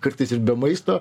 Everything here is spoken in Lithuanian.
kartais ir be maisto